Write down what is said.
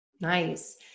Nice